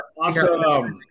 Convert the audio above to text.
Awesome